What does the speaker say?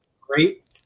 Great